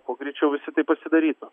kuo greičiau visi taip pasidarytų